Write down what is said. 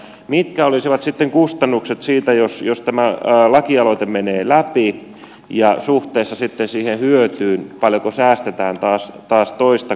mitkä olisivat sitten kustannukset siitä jos tämä lakialoite menee läpi ja suhteessa sitten siihen hyötyyn paljonko säästetään taas toista kautta